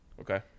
Okay